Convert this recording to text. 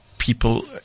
People